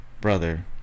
brother